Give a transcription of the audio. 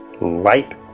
light